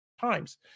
times